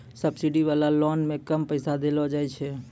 subsidy वाला loan मे कम पैसा देलो जाय छै